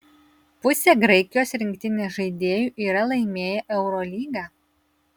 pusė graikijos rinktinės žaidėjų yra laimėję eurolygą